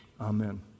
amen